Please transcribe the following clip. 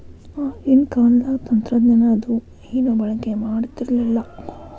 ಆಗಿನ ಕಾಲದಾಗ ತಂತ್ರಜ್ಞಾನ ಅದು ಏನು ಬಳಕೆ ಮಾಡತಿರ್ಲಿಲ್ಲಾ